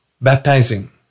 baptizing